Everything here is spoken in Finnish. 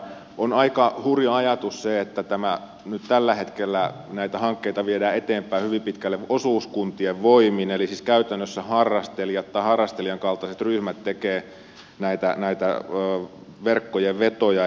on aika hurja ajatus se että nyt tällä hetkellä näitä hankkeita viedään eteenpäin hyvin pitkälle osuuskuntien voimin eli siis käytännössä harrastelijat tai harrastelijan kaltaiset ryhmät tekevät näitä verkkojen vetoja